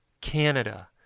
Canada